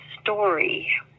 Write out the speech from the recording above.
story